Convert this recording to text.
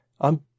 I'm